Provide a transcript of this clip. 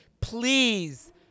please